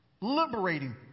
Liberating